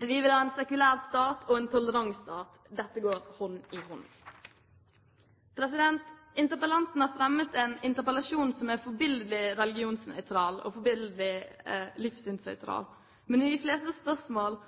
Vi vil ha en sekulær stat og en tolerant stat. Dette går hånd i hånd. Interpellanten har fremmet en interpellasjon som er forbilledlig religionsnøytral og forbilledlig livssynsnøytral. Men i de fleste spørsmål